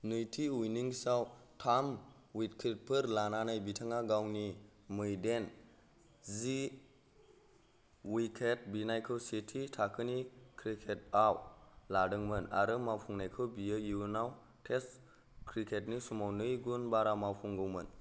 नैथि उइनिंसाव थाम उइकेटफोर लानानै बिथाङा गावनि मैदेन जि उइकेट बिनायखौ सेथि थाखोनि क्रिकेटआव लादोंमोन आरो मावफुंनायखौ बियो इयुनाव टेस्ट क्रिकेटनि समाव नै गुन बारा मावफुंगौमोन